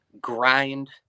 grind